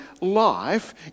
life